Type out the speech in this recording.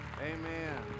Amen